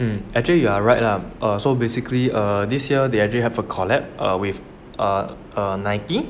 actually you are right lah err so basically err this year they actually have a collab with err Nike